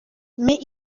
mais